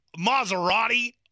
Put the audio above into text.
Maserati